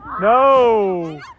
No